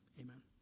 Amen